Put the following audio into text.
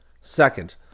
Second